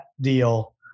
deal